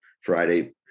Friday